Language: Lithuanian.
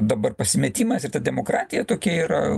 dabar pasimetimas ir ta demokratija tokia yra